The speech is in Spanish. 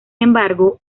embargo